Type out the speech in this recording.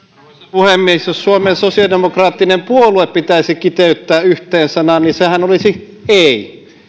puhemies jos suomen sosiaalidemokraattinen puolue pitäisi kiteyttää yhteen sanaan niin sehän olisi ei